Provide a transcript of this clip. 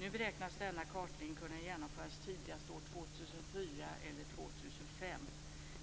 Nu beräknas denna kartläggning kunna genomföras tidigast år 2004 eller 2005.